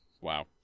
Wow